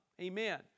Amen